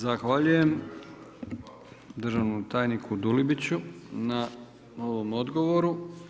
Zahvaljujem državnom tajniku Dulibiću na ovom odgovoru.